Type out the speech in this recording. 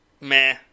Meh